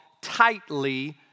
tightly